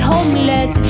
Homeless